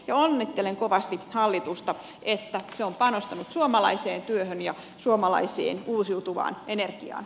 ja onnittelen kovasti hallitusta että se on panostanut suomalaiseen työhön ja suomalaiseen uusiutuvaan energiaan